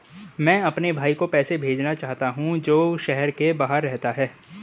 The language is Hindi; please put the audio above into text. मैं अपने भाई को पैसे भेजना चाहता हूँ जो शहर से बाहर रहता है